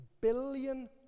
billion